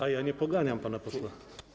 Ale ja nie poganiam pana posła.